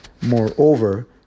Moreover